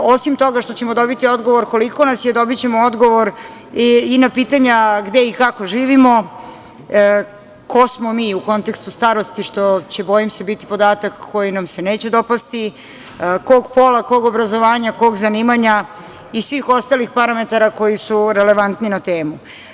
Osim toga što ćemo dobiti odgovor koliko nas je, dobićemo odgovor i na pitanja gde i kako živimo, ko smo mi u kontekstu starosti, što će, bojim se, biti podatak koji nam se neće dopasti, kog pola, kog obrazovanja, kog zanimanja i svih ostalih parametara koji su relevantniji na temu.